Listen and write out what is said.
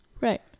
Right